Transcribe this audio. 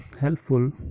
helpful